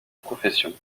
profession